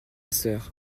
sœur